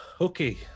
Okay